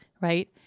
right